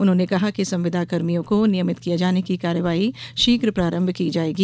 उन्होंने कहा कि संविदा कर्मियों को नियमित किये जाने की कार्यवाई शीघ्र प्रारंभ की जायेगी